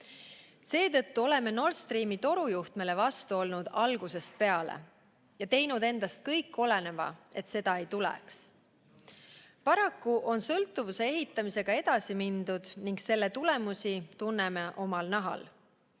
Seetõttu oleme Nord Streami torujuhtmele algusest peale vastu olnud ja teinud kõik endast oleneva, et seda ei tuleks. Paraku on sõltuvuse ehitamisega edasi mindud ning selle tulemusi tunneme omal nahal.